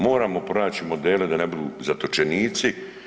Moramo pronaći modele da ne budu zatočenici.